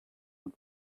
out